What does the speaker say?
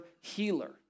healer